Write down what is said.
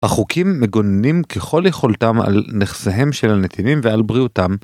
החוקים מגוננים ככל יכולתם על נכסיהם של הנתינים ועל בריאותם.